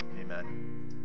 amen